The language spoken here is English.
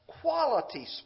quality